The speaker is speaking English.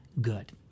good